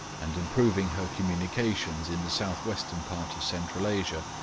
and improving her communications in the south-western part of central asia,